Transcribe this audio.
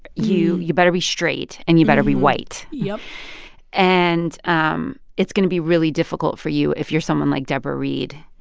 you you better be straight, and you better be white yep and um it's going to be really difficult for you if you're someone like debra reid.